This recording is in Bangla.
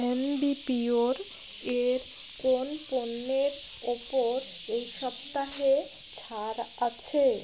আ্যম্বিপিওর এর কোন পণ্যের ওপর এই সপ্তাহে ছাড় আছে